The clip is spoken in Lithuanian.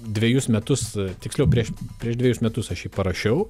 dvejus metus tiksliau prieš prieš dvejus metus aš jį parašiau